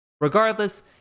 Regardless